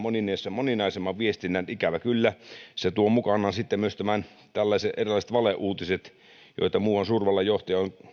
moninaisimman viestinnän ikävä kyllä se tuo mukanaan sitten myös erilaiset valeuutiset joita muuan suurvallan johtaja on